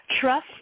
trust